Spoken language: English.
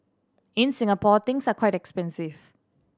in Singapore things are quite expensive